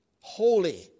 holy